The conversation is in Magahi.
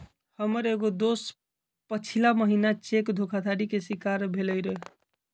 हमर एगो दोस पछिला महिन्ना चेक धोखाधड़ी के शिकार भेलइ र